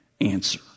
answer